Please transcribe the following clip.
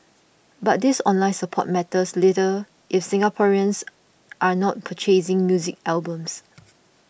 but this online support matters little if Singaporeans are not purchasing music albums